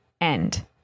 end